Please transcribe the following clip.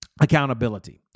accountability